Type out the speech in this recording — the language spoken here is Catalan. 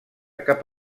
cap